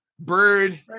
Bird